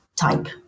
type